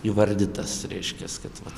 įvardytas reiškias kad vat